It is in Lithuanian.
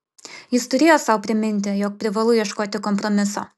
jis turėjo sau priminti jog privalu ieškoti kompromiso